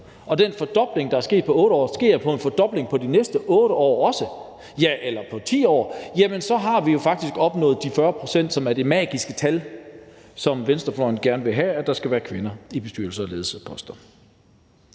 og den fordobling, der er sket på 8 år, også sker de næste 8 år eller 10 år, så har vi jo faktisk opnået de 40 pct., som er det magiske tal, som venstrefløjen gerne vil have at der skal være af kvinder i bestyrelser og på ledelsesposter.